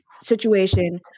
situation